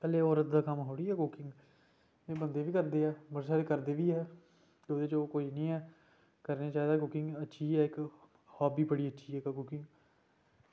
भला होर बंदे दा कम्म थोह्ड़ी ऐ कुकिंग एह् बंदे बी करदे ऐ ते करदे बी ऐ ते एह्दे च कोई निं ऐ करनी चाहिदी कुकिंग अच्छी ऐ इक्क हॉबी बड़ी अच्छी ऐ इक्क कुकिंग